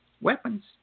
weapons